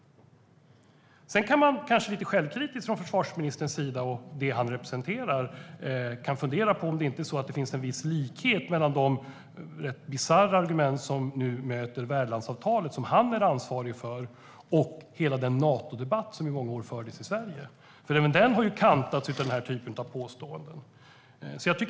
Sedan kan man kanske lite självkritiskt från försvarsministerns sida fundera på om det inte finns en viss likhet mellan de rätt bisarra argument som nu möter värdlandsavtalet, som han är ansvarig för, och hela den Natodebatt som i många år fördes i Sverige. Även den har ju kantats av denna typ av påståenden.